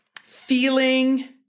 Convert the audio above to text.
feeling